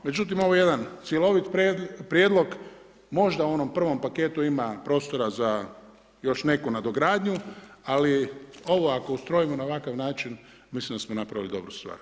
Međutim, ovo je jedan cjelovit prijedlog, možda u onom prvom paketu ima prostora za još neku nadogradnju, ali ovo ako ustrojimo na ovakav način, mislim da smo napravili dobru stvar.